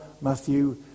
Matthew